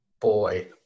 Boy